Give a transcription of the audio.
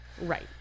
Right